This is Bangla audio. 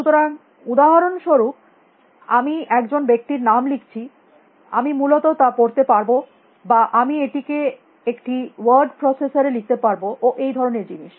সুতরাং উদাহরণস্বরূপ আমি এক জন ব্যক্তির নাম লিখছি আমি মূলত তা পড়তে পারব বা আমি এটিকে একটি ওয়ার্ড প্রসেসর এ লিখতে পারব ও এই ধরনের জিনিস